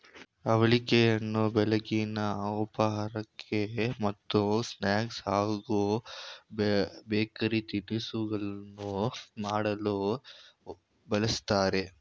ಅವಲಕ್ಕಿಯನ್ನು ಬೆಳಗಿನ ಉಪಹಾರಕ್ಕೆ ಮತ್ತು ಸ್ನಾಕ್ಸ್ ಹಾಗೂ ಬೇಕರಿ ತಿನಿಸುಗಳನ್ನು ಮಾಡಲು ಬಳ್ಸತ್ತರೆ